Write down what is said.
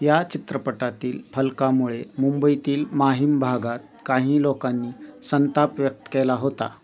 या चित्रपटातील फलकामुळे मुंबईतील माहिम भागात काही लोकांनी संताप व्यक्त केला होता